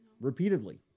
Repeatedly